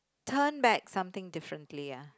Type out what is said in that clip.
turn back something differently